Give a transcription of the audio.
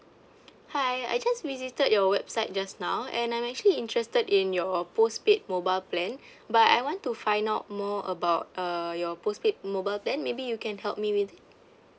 hi I just visited your website just now and I'm actually interested in your postpaid mobile plan but I want to find out more about uh your postpaid mobile plan maybe you can help me with it